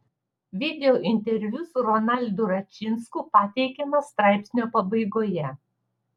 video interviu su ronaldu račinsku pateikiamas straipsnio pabaigoje